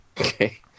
Okay